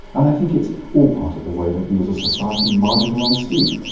and i think it's all part of the way that we as a society marginalise sleep.